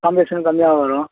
காம்பினேஷன்னும் கம்மியாக வரும்